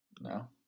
No